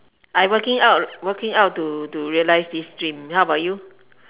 I working out working out to to realise this dream how about you